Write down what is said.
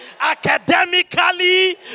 academically